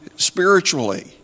spiritually